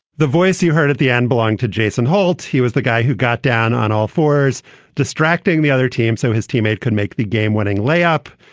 the voice you heard at the end belong to jason holt. he was the guy who got down on all fours distracting the other team so his teammate could make the game winning layup.